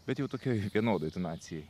bet jau tokioj vienodoj tonacijoj